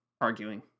arguing